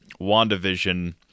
WandaVision